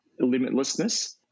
limitlessness